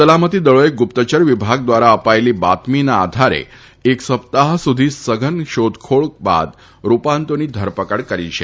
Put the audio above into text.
સલામતી દળોએ ગુપ્તચર વિભાગ દ્વારા અપાયેલી બાતમીના આધારે એક સપ્તાહ્ સુધી સઘન શોધખોળ બાદ રૂપાંતોની ધરપકડ કરી છે